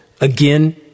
again